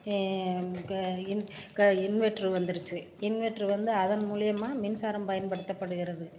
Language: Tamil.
இன்வெர்ட்ரு வந்திரிச்சு இன்வெர்ட்ரு வந்து அதன் மூலியமாக மின்சாரம் பயன்படுத்தப்படுகிறது